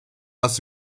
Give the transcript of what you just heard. aus